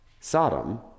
Sodom